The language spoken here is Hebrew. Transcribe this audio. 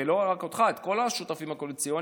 ולא רק אותך אלא את כל השותפים הקואליציוניים,